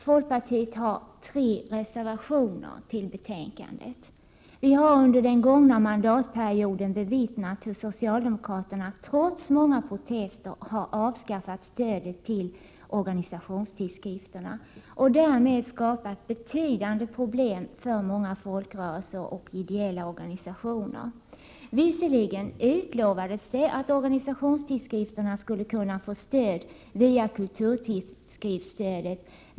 Folkpartiet har tre reservationer till betänkandet. Vi har under den gångna mandatperioden bevittnat hur socialdemokraterna — trots många protester — har avskaffat stödet till organisationstidskrifterna och därmed skapat betydande problem för många folkrörelser och ideella organisationer. Det utlovades visserligen att organisationstidskrifterna skulle kunna få stöd via kulturtidskriftsstödet.